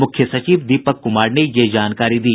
मुख्य सचिव दीपक कुमार ने यह जानकारी दी